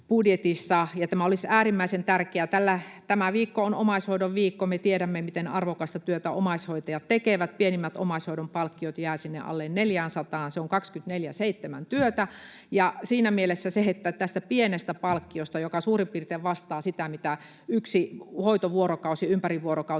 tämä olisi äärimmäisen tärkeää. Tämä viikko on omaishoidon viikko. Me tiedämme, miten arvokasta työtä omaishoitajat tekevät. Pienimmät omaishoidon palkkiot jäävät sinne alle 400:aan. Se on 24/7-työtä, ja siinä mielessä se, että tästä pienestä palkkiosta, joka suurin piirtein vastaa sitä, mitä yksi hoitovuorokausi ympärivuorokautisessa